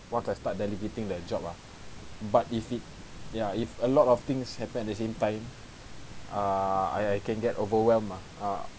once I start delegating the job ah but if it ya if a lot of things happen at the same time uh I I can get overwhelmed ah uh